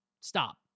Stop